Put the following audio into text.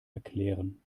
erklären